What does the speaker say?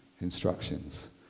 instructions